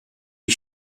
die